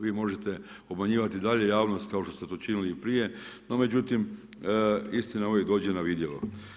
Vi možete obmanjivati dalje javnost kao što ste to činili i prije no međutim istina uvijek dođe na vidjelo.